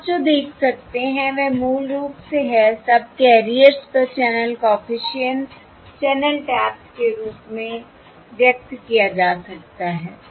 अब आप जो देख सकते हैं वह मूल रूप से है सबकैरियर्स पर चैनल कॉफिशिएंट्स चैनल टैप्स के रूप में व्यक्त किया जा सकता है